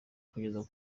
kugeza